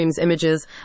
images